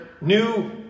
new